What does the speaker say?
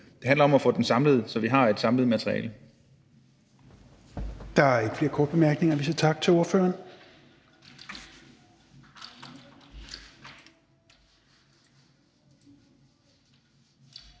det handler om at få den samlet, så vi har et samlet materiale.